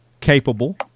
capable